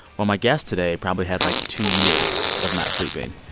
well, my guest today probably had like two years of not sleeping.